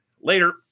Later